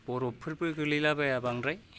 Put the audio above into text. बरफफोरबो गोलैलाबाया बांद्राय